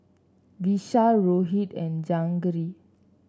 Vishal Rohit and Jahangir